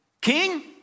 king